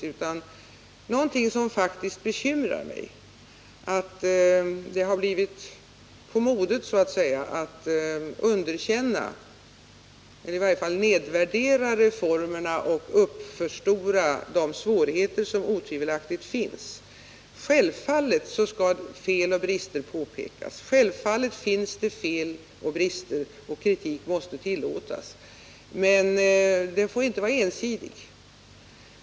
Det bekymrar mig faktiskt att det så att säga har blivit på modet att underkänna eller i varje fall nedvärdera reformerna och uppförstora de svårigheter som otvivelaktigt finns. Självfallet skall fel och brister påpekas. Självfallet finns det fel och brister, och kritik måste tillåtas. Men den får inte vara ensidig.